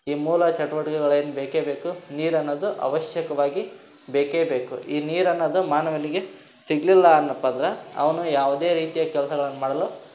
ಈ ಮೂಲ ಚಟ್ವಟ್ಕೆಗಳೇನು ಬೇಕೇ ಬೇಕು ನೀರು ಅನೋದು ಅವಶ್ಯಕವಾಗಿ ಬೇಕೇ ಬೇಕು ಈ ನೀರು ಅನ್ನೋದು ಮಾನವನಿಗೆ ಸಿಗಲಿಲ್ಲ ಅಂದ್ನಪ್ಪ ಅಂದ್ರೆ ಅವನು ಯಾವುದೇ ರೀತಿಯಾಗಿ ಕೆಲ್ಸಗಳನ್ನು ಮಾಡಲು